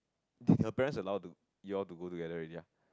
your parents allow to you all to go together already ah